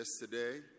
yesterday